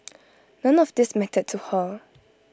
none of these mattered to her